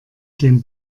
den